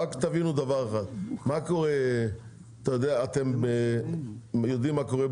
רק תבינו דבר אחד: אתם יודעים מה קורה,